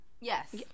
Yes